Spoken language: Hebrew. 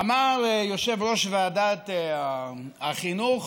אמר יושב-ראש ועדת החינוך: